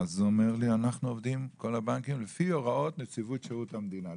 והם אמרו לי שכל הבנקים עובדים לפי הוראות נציבות שירות המדינה,